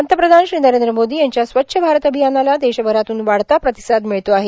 पंतप्रधान श्री नरेंद्र मोदी यांच्या स्वच्छ भारत अभियानाला देशभरातून वाढता प्रतिसाद मिळत आहे